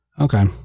Okay